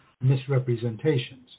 misrepresentations